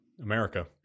america